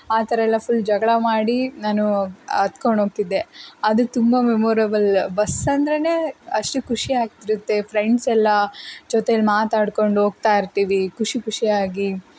ಆ ಥರ ಎಲ್ಲ ಫುಲ್ ಜಗಳ ಮಾಡಿ ನಾನು ಹತ್ಕೊಂಡೋಗ್ತಿದ್ದೆ ಅದು ತುಂಬ ಮೆಮೊರೇಬಲ್ ಬಸ್ಸಂದ್ರೇ ಅಷ್ಟು ಖುಷಿ ಆಗ್ತಿರುತ್ತೆ ಫ್ರೆಂಡ್ಸೆಲ್ಲ ಜೊತೆಲಿ ಮಾತಾಡ್ಕೊಂಡು ಹೋಗ್ತಾ ಇರ್ತೀವಿ ಖುಷಿ ಖುಷಿಯಾಗಿ